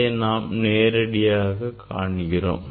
அதை நாம் நேரடியாக காண்கிறோம்